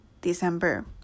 December